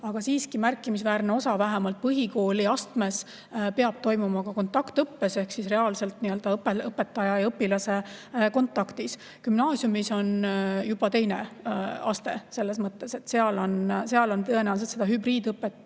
Aga siiski märkimisväärne osa vähemalt põhikooli astmes peab toimuma kontaktõppes ehk reaalselt õpetaja ja õpilase kontaktis. Gümnaasiumis on juba teine aste, selles mõttes, et seal on tõenäoliselt hübriidõpet